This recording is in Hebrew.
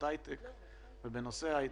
בנושא ההייטק.